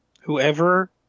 Whoever